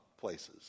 places